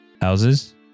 houses